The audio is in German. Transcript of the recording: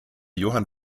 johann